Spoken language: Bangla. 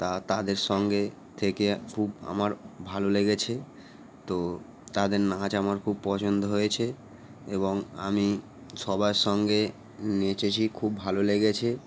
তা তাদের সঙ্গে থেকে খুব আমার ভালো লেগেছে তো তাদের নাচ আমার খুব পছন্দ হয়েছে এবং আমি সবার সঙ্গে নেচেছি খুব ভালো লেগেছে